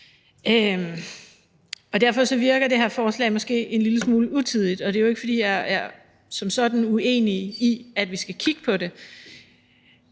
Derfor virker det her forslag måske en lille smule utidigt. Det er jo ikke, fordi jeg som sådan er uenig i, at vi skal kigge på det,